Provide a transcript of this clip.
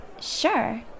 Sure